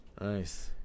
nice